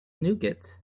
nougat